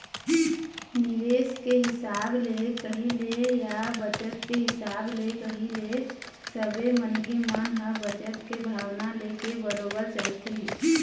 निवेश के हिसाब ले कही ले या बचत के हिसाब ले कही ले सबे मनखे मन ह बचत के भावना लेके बरोबर चलथे ही